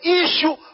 issue